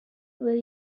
will